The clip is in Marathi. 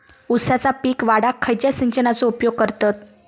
ऊसाचा पीक वाढाक खयच्या सिंचनाचो उपयोग करतत?